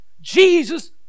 Jesus